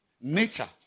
Nature